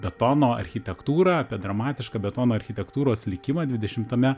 betono architektūrą apie dramatišką betono architektūros likimą dvidešimtame